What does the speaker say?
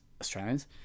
Australians